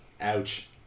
Ouch